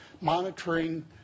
monitoring